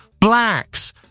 Blacks